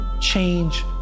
change